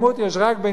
יש רק 5,